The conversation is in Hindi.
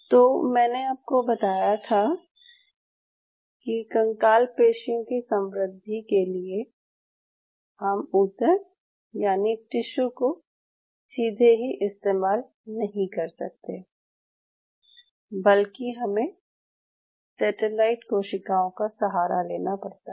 तो मैंने आपको बताया था कि कंकाल पेशियों की संवृद्धि के लिए हम ऊतक यानि टिश्यू को सीधे ही इस्तेमाल नहीं कर सकते बल्कि हमें सेटेलाइट कोशिकाओं का सहारा लेना पड़ता है